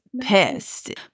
pissed